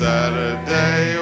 Saturday